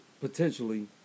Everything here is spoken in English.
potentially